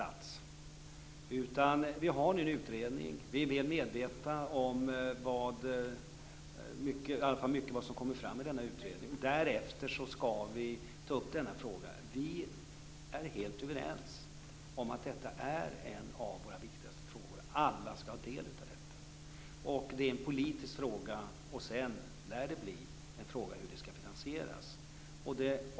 Vi har alltså nu en utredning och är väl medvetna om mycket av det som kommer fram i denna utredning. Därefter skall vi ta upp detta. Vi är helt överens om att detta är en av våra viktigaste frågor. Alla skall ha del av detta. Och det är en politisk fråga. Dessutom lär det bli fråga om hur det skall finansieras.